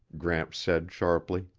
gramps said sharply.